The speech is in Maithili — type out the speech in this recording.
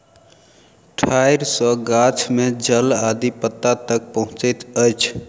ठाइड़ सॅ गाछ में जल आदि पत्ता तक पहुँचैत अछि